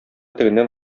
тегеннән